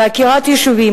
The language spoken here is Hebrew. ועקירת יישובים,